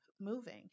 moving